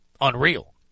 unreal